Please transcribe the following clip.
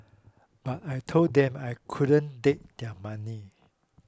but I told them I couldn't take their money